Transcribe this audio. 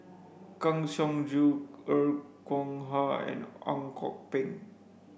Kang Siong Joo Er Kwong Wah and Ang Kok Peng